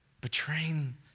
betraying